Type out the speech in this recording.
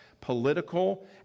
political